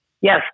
yes